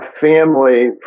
family